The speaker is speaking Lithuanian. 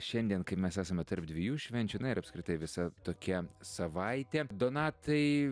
šiandien kai mes esame tarp dviejų švenčių na ir apskritai visa tokia savaitė donatai